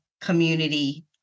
community